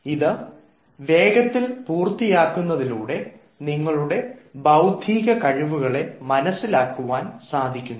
ഇത് വേഗത്തിൽ പൂർത്തീകരിക്കുന്നതിലൂടെ നിങ്ങളുടെ ബൌദ്ധിക കഴിവുകളെ മനസ്സിലാക്കുവാൻ സാധിക്കും